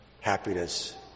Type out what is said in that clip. happiness